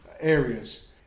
areas